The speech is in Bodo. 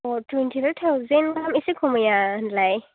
थुइनटिफाइभ थावजेन्ड गाहाम एसे खमाया होनलाय